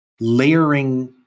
layering